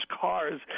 cars